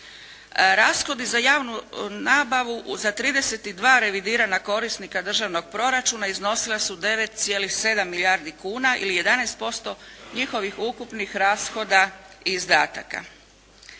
Rashodi za javnu nabavu za 32 revidirana korisnika državnog proračuna iznosila su 9,7 milijardi kuna ili 11% njihovih ukupnih rashoda i izdataka.